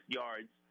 yards